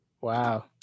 Wow